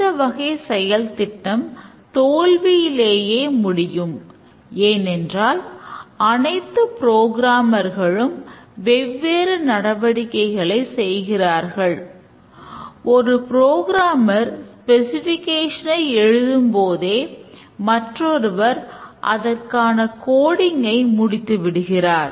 இந்த வகைச் செயல் திட்டம் தோல்வியிலேயே முடியும் ஏனென்றால் அனைத்து புரோகிராமர்களும் எழுதும்போதே மற்றொருவர் அதற்கான கோடிங்கை முடித்து விடுகிறார்